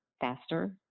faster